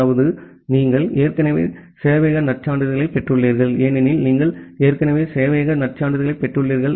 அதாவது நீங்கள் ஏற்கனவே சேவையக நற்சான்றுகளைப் பெற்றுள்ளீர்கள் ஏனெனில் நீங்கள் ஏற்கனவே சேவையக நற்சான்றுகளைப் பெற்றுள்ளீர்கள்